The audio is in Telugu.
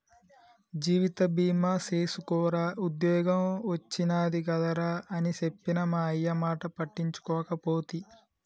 జీవిత బీమ సేసుకోరా ఉద్ద్యోగం ఒచ్చినాది కదరా అని చెప్పిన మా అయ్యమాట పట్టించుకోకపోతి